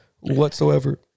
whatsoever